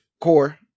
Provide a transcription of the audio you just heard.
core